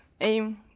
aim